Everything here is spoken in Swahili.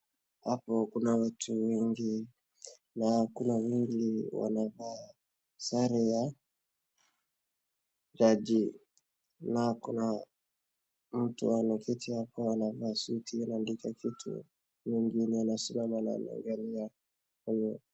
Hapo kuna mtu wengi na kuna wengi wanava sare ya jaji .Na kuna mtu hapo anaketi anavaa suti anaandika kitu huyo mwingine anasimama anangalia faili.